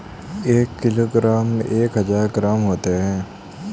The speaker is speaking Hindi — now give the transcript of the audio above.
एक किलोग्राम में एक हजार ग्राम होते हैं